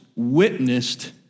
witnessed